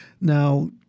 Now